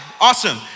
awesome